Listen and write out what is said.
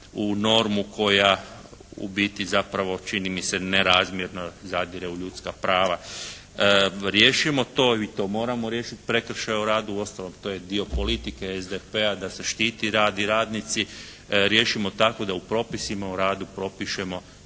u normu koja u biti zapravo čini mi se ne razmjerno zadire u ljudska prava. Riješimo to, mi to moramo riješiti prekršaje o radu. Uostalom to je dio politike SDP-a da se štiti rad i radnici. Riješimo tako da u propisima o radu propišemo